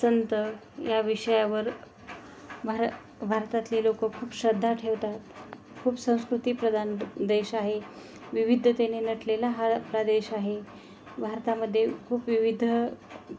संत या विषयावर भार भारतातली लोकं खूप श्रद्धा ठेवतात खूप संस्कृतीप्रधान देश आहे विविधतेने नटलेला हा प्रदेश आहे भारतामध्ये खूप विविध